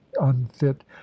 unfit